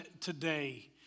today